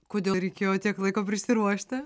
kodėl reikėjo tiek laiko prisiruošti